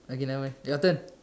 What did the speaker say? okay never mind your turn